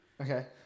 Okay